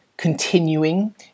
Continuing